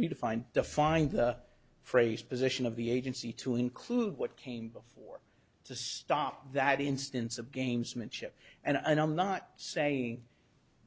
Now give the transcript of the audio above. redefine defined the phrase position of the agency to include what came before to stop that instance of gamesmanship and i'm not saying